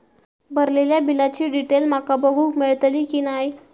भरलेल्या बिलाची डिटेल माका बघूक मेलटली की नाय?